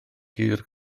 hir